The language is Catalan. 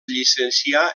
llicencià